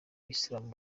islam